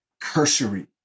cursory